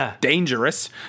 dangerous